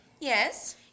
Yes